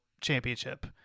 championship